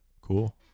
Cool